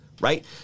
right